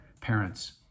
parents